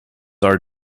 are